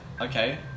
Okay